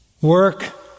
Work